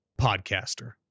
podcaster